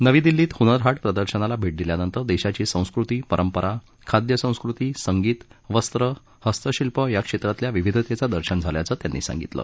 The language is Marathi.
नवी दिल्लीत हूनरहाट प्रदर्शनाला भेट दिल्यानंतर देशाची संस्कृती परंपरा खाद्य संस्कृती संगीत वस्त्र हस्तशिल्प या क्षेत्रातल्या विविधतेचं दर्शन झाल्याचं त्यांनी सांगितलं